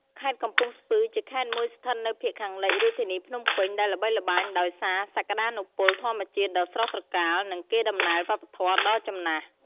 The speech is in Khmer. ខេត្តកំពង់ស្ពឺ ជាខេត្តមួយស្ថិតនៅភាគខាងលិចរាជធានីភ្នំពេញ ដែលល្បីល្បាញដោយសារសក្ដានុពលធម្មជាតិដ៏ស្រស់ត្រកាល និងកេរដំណែលវប្បធម៌ដ៏ចំណាស់។